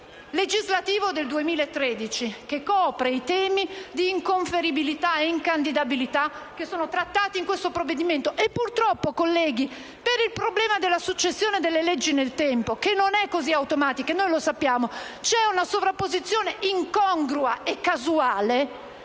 legislativo del 2013, che copre i temi di inconferibilità ed incandidabilità che vengono trattati in questo provvedimento. E purtroppo, colleghi, per il problema della successione delle leggi nel tempo, che non è così automatica (noi lo sappiamo), c'è una sovrapposizione incongrua e casuale